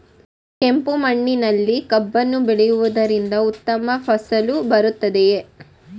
ಕೆಂಪು ಮಣ್ಣಿನಲ್ಲಿ ಕಬ್ಬನ್ನು ಬೆಳೆಯವುದರಿಂದ ಉತ್ತಮ ಫಸಲು ಬರುತ್ತದೆಯೇ?